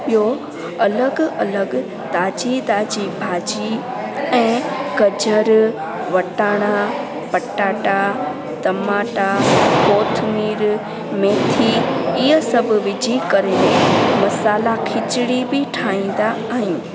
ॿियो अलॻि अलॻि ताज़ी ताज़ी भाॼी ऐं गजरु वटाणा पटाटा टमाटा पोथमिर मैथी इहे सभु विझी करे मसाला खिचड़ी ठाहींदा आहियूं